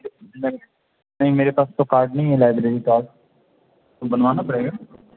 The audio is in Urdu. نہیں نہیں میرے پاس تو کارڈ نہیں ہے لائبریری کارڈ تو بنوانا پڑے گا